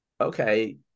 okay